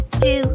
Two